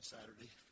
Saturday